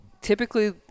Typically